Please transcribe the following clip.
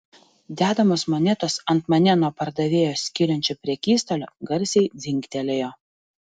dedamos monetos ant mane nuo pardavėjo skiriančio prekystalio garsiai dzingtelėjo